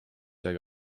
see